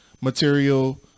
material